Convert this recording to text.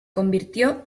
convirtió